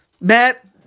Matt